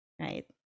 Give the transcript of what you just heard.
right